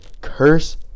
curse